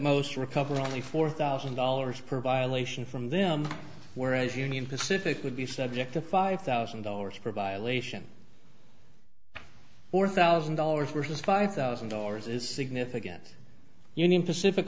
most recover only four thousand dollars per violation from them whereas union pacific would be subject to five thousand dollars per violation or thousand dollars versus five thousand dollars is significant union pacific